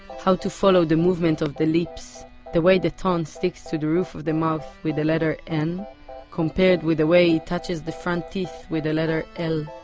how to follow the movement of the lips, the way the tongue sticks to the roof of the mouth with the letter n compared with the way it touches the front teeth with the letter l.